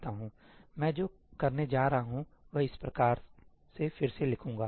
मैं जो करने जा रहा हूं वह इस प्रकार से फिर से लिखूंगा